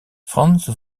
frans